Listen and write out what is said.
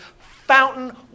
fountain